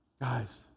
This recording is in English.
Guys